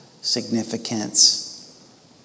significance